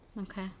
Okay